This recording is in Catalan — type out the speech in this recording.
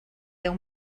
deu